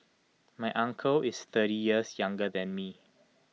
my uncle is thirty years younger than me